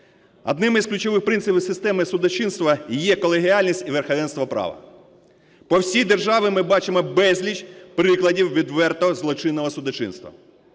Одним із ключових принципів системи судочинства є колегіальність і верховенство права. По всій державі ми бачимо безліч прикладів відвертого злочинного судочинства.